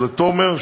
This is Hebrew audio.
זה תומר,